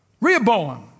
Rehoboam